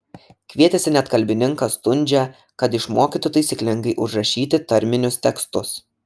kvietėsi net kalbininką stundžią kad išmokytų taisyklingai užrašyti tarminius tekstus